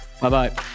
Bye-bye